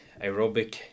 aerobic